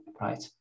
right